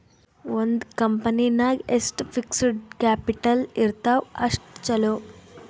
ಒಂದ್ ಕಂಪನಿ ನಾಗ್ ಎಷ್ಟ್ ಫಿಕ್ಸಡ್ ಕ್ಯಾಪಿಟಲ್ ಇರ್ತಾವ್ ಅಷ್ಟ ಛಲೋ